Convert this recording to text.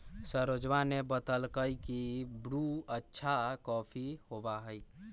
सरोजवा ने बतल कई की ब्रू अच्छा कॉफी होबा हई